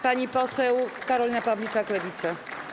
Pani poseł Karolina Pawliczak, Lewica.